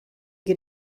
get